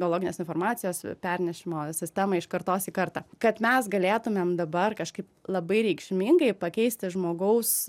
biologinės informacijos pernešimo sistemą iš kartos į kartą kad mes galėtumėm dabar kažkaip labai reikšmingai pakeisti žmogaus